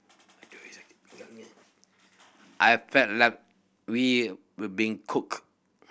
I felt like we were being cooked